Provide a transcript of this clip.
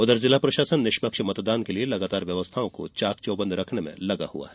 उधर जिला प्रशासन निष्पक्ष मतदान के लिये लगातार व्यवस्थाओं को चाक चौबंद रखने में लगा हुआ है